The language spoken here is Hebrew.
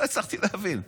לא הצלחתי להבין,